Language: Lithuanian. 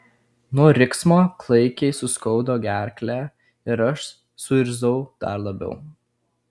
nuo riksmo klaikiai suskaudo gerklę ir aš suirzau dar labiau